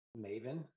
Maven